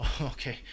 okay